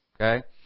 okay